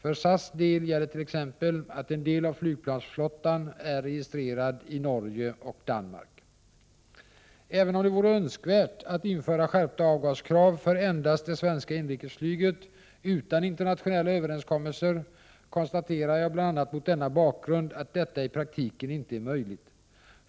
För SAS del gäller t.ex. att en del av flygplansflottan är registrerad i Norge och i Danmark. Även om det vore önskvärt att införa skärpta avgaskrav för endast det svenska inrikesflyget, utan internationella överenskommelser, konstaterar jag bl.a. mot denna bakgrund att detta i praktiken inte är möjligt.